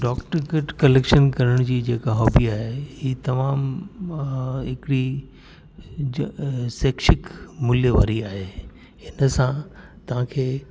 डाक ticket collect करण जी जेका हॉबी आहे इहा तमामु हिकड़ी सेक्शिक मूल्य वारी आहे हिन सां तव्हांखे